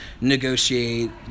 negotiate